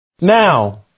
Now